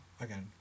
again